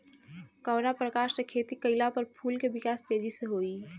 कवना प्रकार से खेती कइला पर फूल के विकास तेजी से होयी?